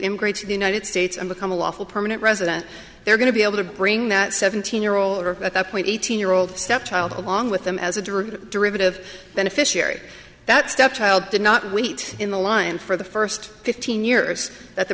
immigrate to the united states and become a lawful permanent resident they're going to be able to bring that seventeen year old at that point eighteen year old step child along with them as a direct derivative beneficiary that stepchild did not wait in the line for the first fifteen years that